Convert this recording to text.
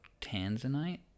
tanzanite